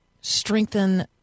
strengthen